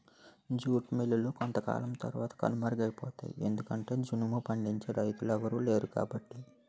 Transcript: jute మిల్లులు కొంతకాలం తరవాత కనుమరుగైపోతాయి ఎందుకంటె జనుము పండించే రైతులెవలు లేరుకాబట్టి